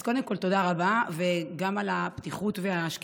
אז קודם כול תודה רבה, וגם על הפתיחות והשקיפות.